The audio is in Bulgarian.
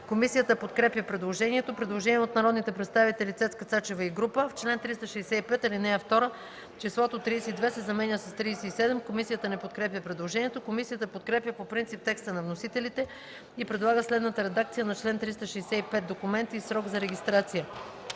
Комисията подкрепя предложението. Предложение от народния представител Цецка Цачева и група народни представители: „В чл. 365, ал. 2 числото „32” се заменя с „37”.” Комисията не подкрепя предложението. Комисията подкрепя по принцип текста на вносителите и предлага следната редакция на чл. 365: „Документи и срок за регистрация